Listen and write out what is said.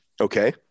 Okay